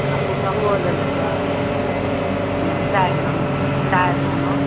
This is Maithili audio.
आओर पुतौहुओलए लेबै हुँ चारि नम्मर चारि नम्मर